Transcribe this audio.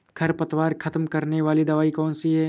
खरपतवार खत्म करने वाली दवाई कौन सी है?